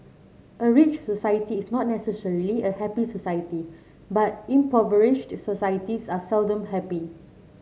a rich society is not necessarily a happy society but impoverished societies are seldom happy